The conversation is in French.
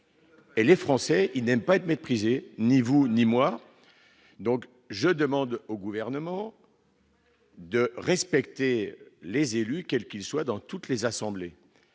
et les Français, il n'aime pas être méprisé ni vous ni moi, donc je demande au gouvernement. De respecter les élus, quels qu'ils soient dans toutes les assemblées,